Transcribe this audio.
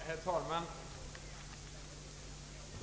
Herr talman!